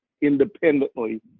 independently